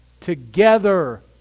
together